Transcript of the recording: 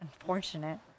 unfortunate